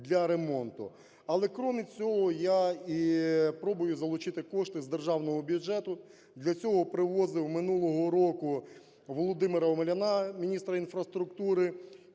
Але, крім цього, я пробую і залучити кошти з державного бюджету. Для цього привозив минулого року Володимира Омеляна, міністра інфраструктури.